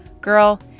Girl